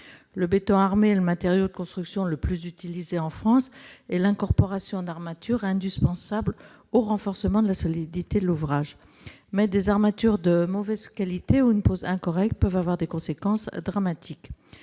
Le béton armé est le matériau de construction le plus utilisé en France. L'incorporation d'armatures est indispensable au renforcement de la solidité de l'ouvrage, mais des armatures de mauvaise qualité ou une pose incorrecte peuvent avoir des conséquences dramatiques.